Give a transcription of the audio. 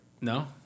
No